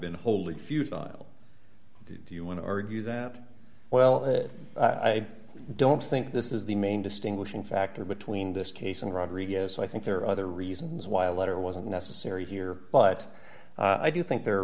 futile do you want to argue that well i don't think this is the main distinguishing factor between this case and rodriguez so i think there are other reasons why a letter wasn't necessary here but i do think there are